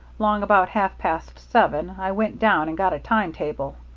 long about half-past seven i went down and got a time-table.